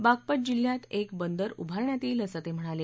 बाघपत जिल्ह्यात एक बंदर उभारण्यात येईल असं ते म्हणाले